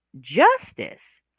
justice